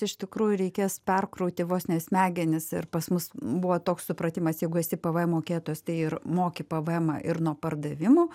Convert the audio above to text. iš tikrųjų reikės perkrauti vos ne smegenis ir pas mus buvo toks supratimas jeigu esi pvm mokėtojas tai ir moki pvmą ir nuo pardavimo